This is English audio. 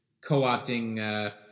co-opting